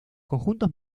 conjuntos